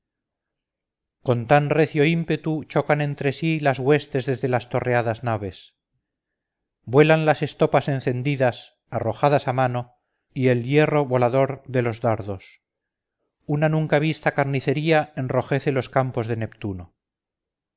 con tan recio ímpetu chocan entre sí las huestes desde las torreadas naves vuelan las estopas encendidas arrojadas a mano y el hierro volador de los dardos una nunca vista carnicería enrojece los campos de neptuno